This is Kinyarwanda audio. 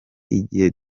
igihe